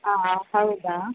ಹಾಂ ಹೌದಾ